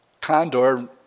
Condor